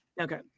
okay